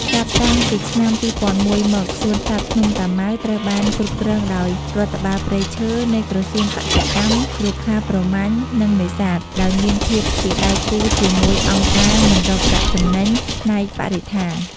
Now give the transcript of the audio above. ចាប់តាំងពីឆ្នាំ ២០០១ មក សួនសត្វភ្នំតាម៉ៅត្រូវបានគ្រប់គ្រងដោយ រដ្ឋបាលព្រៃឈើ នៃក្រសួងកសិកម្ម រុក្ខាប្រមាញ់ និងនេសាទ ដោយមានភាពជាដៃគូជាមួយអង្គការមិនរកប្រាក់ចំណេញផ្នែកបរិស្ថាន។